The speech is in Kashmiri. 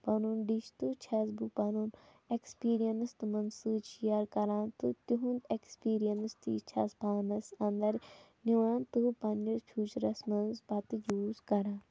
پَنُن ڈِش تہٕ چھَس بہٕ پَنُن ایکٕسپیٖرنَس تِمَن سۭتۍ شِیر کَران تہٕ تِہُنٛد ایکٕسپیٖرَنس تہِ چھَس پانَس انٛدر نِوان تہٕ پَنٕنِس فیٛوٗچرَس منٛز پتہٕ یوٗز کَران